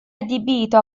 adibito